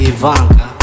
Ivanka